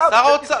שר האוצר.